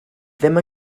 ddim